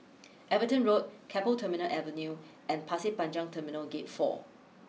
Everton Road Keppel Terminal Avenue and Pasir Panjang Terminal Gate four